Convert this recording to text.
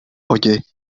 oye